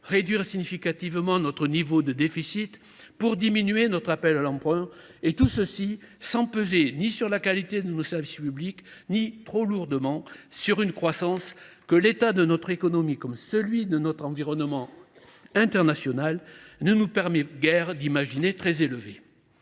réduire significativement notre niveau de déficit pour diminuer notre appel à l’emprunt, et tout cela sans peser ni sur la qualité de nos services publics ni trop fortement sur une croissance que l’état de notre économie, comme celui de l’environnement international, ne nous permet guère d’imaginer très élevée.